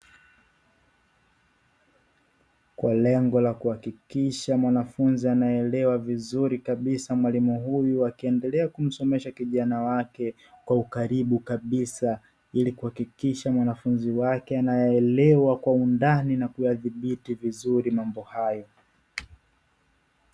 Kwa lengo la kuhakikisha mwanafunzi anaelewa vizuri kabisa, mwalimu huyu akiendelea kumsomesha kijana wake kwa ukaribu kabisa, ili kuhakikisha mwanafunzi wake anayaelewa kwa undani na kuyadhibiti vizuri mambo hayo.